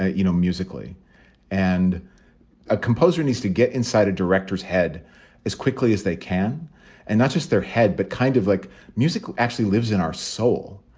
ah you know, musically and a composer needs to get inside a director's head as quickly as they can and not just their head, but kind of like music actually lives in our soul.